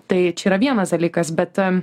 tai čia yra vienas dalykas bet